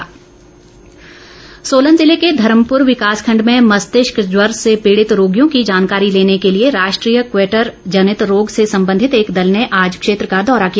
मस्तिष्क ज्वर सोलन ज़िले के धर्मपुर विकास खंड में मस्तिष्क ज्वर से पीड़ित रोगियों की जानकारी लेने के लिए राष्ट्रीय वेक्टर जनित रोग से संबंधित एक दल ने आज क्षेत्र का दौरा किया